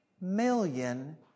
million